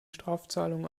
strafzahlungen